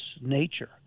nature